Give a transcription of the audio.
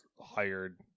hired